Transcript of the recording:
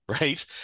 Right